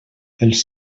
els